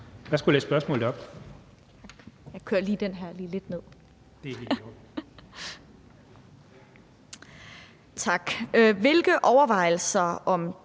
Hvilke overvejelser om